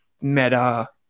Meta